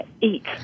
eat